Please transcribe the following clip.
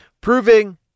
proving